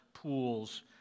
pools